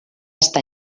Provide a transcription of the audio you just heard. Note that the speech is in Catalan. està